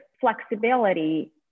flexibility